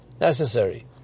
necessary